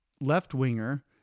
left-winger